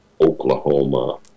Oklahoma